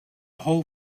whole